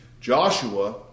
Joshua